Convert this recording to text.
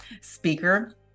speaker